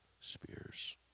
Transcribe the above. Spears